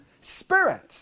spirit